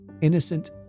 Innocent